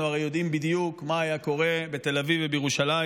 אנחנו הרי יודעים בדיוק מה היה קורה בתל אביב ובירושלים